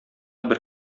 бер